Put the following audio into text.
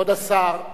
כבוד השר.